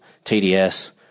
TDS